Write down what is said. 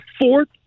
fourth